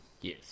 Yes